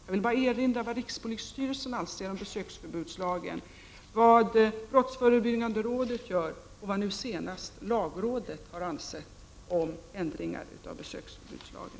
Jag vill bara erinra om vad rikspolisstyrelsen anser om besöksförbudslagen, vad brottsförebyggande rådet gör och vad nu senast lagrådet har ansett om ändringar av besöksförbudslagen.